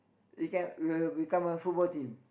we can we will become a football team